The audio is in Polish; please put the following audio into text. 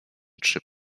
trzy